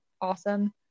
awesome